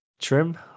trim